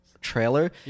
trailer